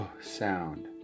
sound